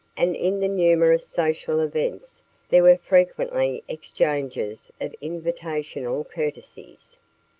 and in the numerous social events there were frequently exchanges of invitational courtesies.